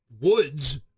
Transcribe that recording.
woods